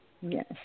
Yes